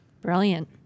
Brilliant